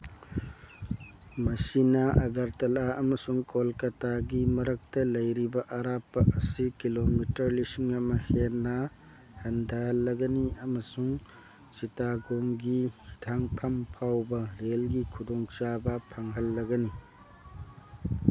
ꯃꯁꯤꯅ ꯑꯒꯔꯇꯂꯥ ꯑꯃꯁꯨꯡ ꯀꯣꯜꯀꯇꯥꯒꯤ ꯃꯔꯛꯇ ꯂꯩꯔꯤꯕ ꯑꯔꯥꯞꯄ ꯑꯁꯤ ꯀꯤꯂꯣꯃꯤꯇꯔ ꯂꯤꯁꯤꯡ ꯑꯃ ꯍꯦꯟꯅ ꯍꯟꯊꯍꯜꯂꯒꯅꯤ ꯑꯃꯁꯨꯡ ꯆꯤꯇꯥꯒꯣꯡꯒꯤ ꯍꯤꯊꯥꯡꯐꯝ ꯐꯥꯎꯕ ꯔꯦꯜꯒꯤ ꯈꯨꯗꯣꯡꯆꯥꯕ ꯐꯪꯍꯜꯂꯒꯅꯤ